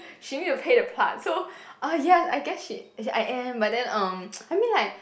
she need to play the part so uh yes I guess she I am but then um I mean like